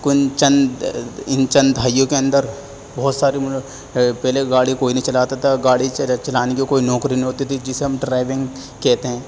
کن چن ان چند دہائیوں کے اندر بہت سارے پہلے گاڑی کوئی نہیں چلاتا تھا گاڑی چلانے کی کوئی نوکری نہیں ہوتی تھی جسے ہم ڈرائیونگ کہتے ہیں